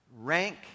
rank